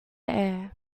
air